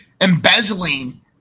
embezzling